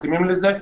מתאימים לזה,